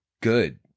good